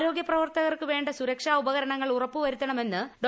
ആരോഗ്യ പ്രവർത്തകർക്കു വേണ്ട സുരക്ഷാ ഉപകരണങ്ങൾ ഉറപ്പു വരുത്തണമെന്ന് ഡോ